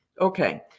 Okay